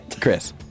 Chris